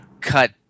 cut